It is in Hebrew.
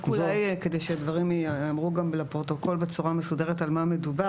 רק אולי כדי שהדברים יאמרו גם לפרוטוקול בצורה מסודרת על מה מדובר.